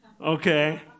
okay